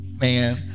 man